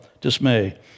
dismay